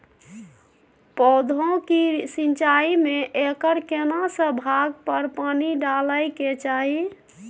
पौधों की सिंचाई में एकर केना से भाग पर पानी डालय के चाही?